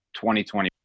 2020